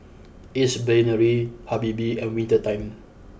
Ace Brainery Habibie and Winter Time